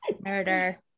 murder